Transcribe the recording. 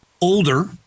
older